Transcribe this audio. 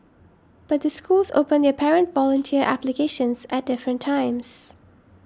but the schools open their parent volunteer applications at different times